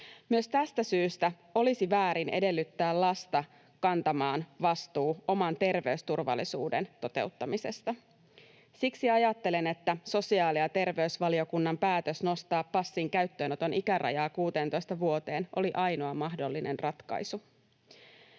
Myös tästä syystä olisi väärin edellyttää lasta kantamaan vastuu oman ter-veysturvallisuutensa toteuttamisesta. Siksi ajattelen, että sosiaali‑ ja terveysvaliokunnan päätös nostaa passin käyttöönoton ikärajaa 16 vuoteen oli ainoa mahdollinen ratkaisu.